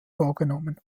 vorgenommen